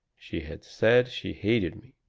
she had said she hated me.